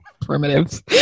primitives